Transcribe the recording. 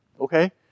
okay